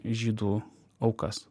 žydų aukas